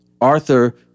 Arthur